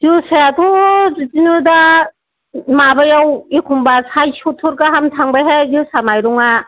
जोसायाथ' बिदिनो दा माबायाव एखमबा साइथ सुथुर गाहाम थांबायहाय जोसा माइरंआ